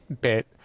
bit